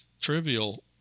trivial